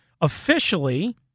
officially